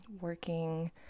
working